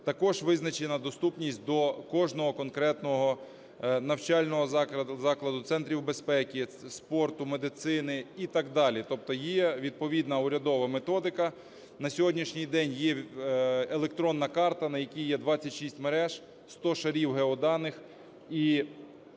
також визначена доступність до кожного конкретного навчального закладу, центрів безпеки, спорту, медицини і так далі. Тобто є відповідна урядова методика. На сьогоднішній день є електронна карта, на якій є 26 мереж, сто шарів геоданих і 150 тисяч